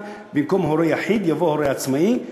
ולכן הוועדה אישרה את הצעת החוק,